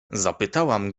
zapytałam